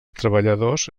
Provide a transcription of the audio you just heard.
treballadors